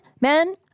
men